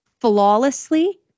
flawlessly